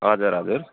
हजुर हजुर